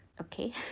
Okay